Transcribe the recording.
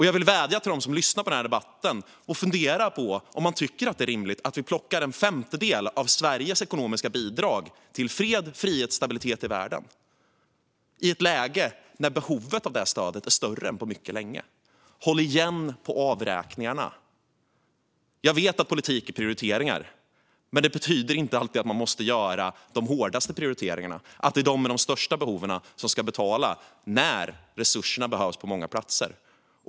Jag vill vädja till dem som lyssnar på den här debatten: Fundera på om det är rimligt att vi plockar bort en femtedel av Sveriges ekonomiska bidrag till fred, frihet och stabilitet i världen i ett läge när behovet av detta stöd är större än på mycket länge! Håll igen på avräkningarna! Jag vet att politik är prioriteringar, men det betyder inte alltid att man måste göra de hårdaste prioriteringarna och att det är de som har de största behoven som ska betala när resurser behövs på många platser.